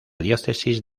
diócesis